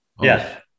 Yes